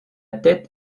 tête